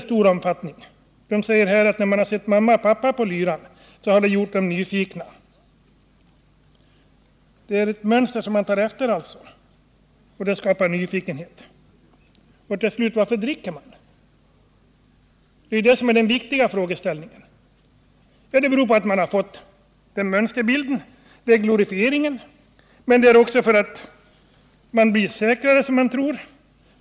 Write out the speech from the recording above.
I tidningsartikeln säger eleverna, att när de har sett mamma och pappa ”på lyran”, har de blivit nyfikna. Det är alltså ett mönster som man tar efter, och det skapar nyfikenhet. Till slut: Varför dricker man? Det är den viktiga frågan. Jo, det beror på mönstret, glorifieringen men också därför att man tror sig bli säkrare.